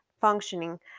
functioning